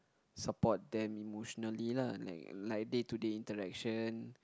support them emotionally lah like like day to day interaction